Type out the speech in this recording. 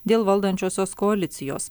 dėl valdančiosios koalicijos